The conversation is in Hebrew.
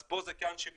אז פה זה כן שוויוני,